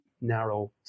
narrow